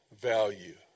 value